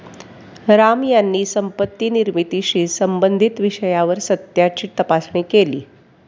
राम यांनी संपत्ती निर्मितीशी संबंधित विषयावर सत्याची तपासणी केली